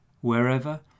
wherever